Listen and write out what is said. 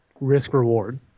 risk-reward